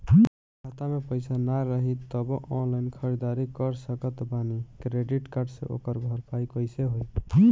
खाता में पैसा ना रही तबों ऑनलाइन ख़रीदारी कर सकत बानी क्रेडिट कार्ड से ओकर भरपाई कइसे होई?